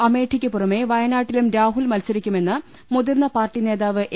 അമേഠിക്ക് പുറമെ വയനാട്ടിലും രാഹുൽ മത്സരിക്കുമെന്ന് മുതിർന്ന പാർട്ടി നേതാവ് എ